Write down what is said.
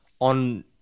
on